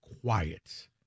Quiet